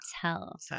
tell